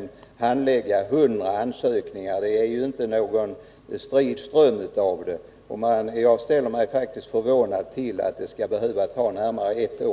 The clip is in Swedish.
i mitt län handlägga 100 ansökningar, och det är alltså inte fråga om någon strid ström av ansökningar. Jag är faktiskt förvånad över att handläggningen skall behöva ta närmare ett år.